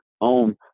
own